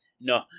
no